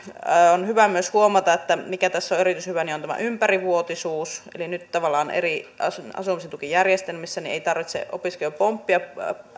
on hyvä myös huomata että mikä tässä on erityisen hyvä on tämä ympärivuotisuus eli nyt tavallaan eri asumistukijärjestelmissä ei tarvitse opiskelijan pomppia